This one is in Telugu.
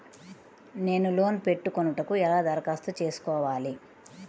నేను లోన్ పెట్టుకొనుటకు ఎలా దరఖాస్తు చేసుకోవాలి?